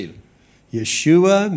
Yeshua